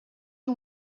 you